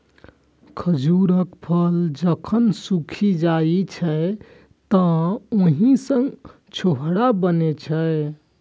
खजूरक फल जखन सूखि जाइ छै, तं ओइ सं छोहाड़ा बनै छै